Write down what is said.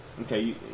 Okay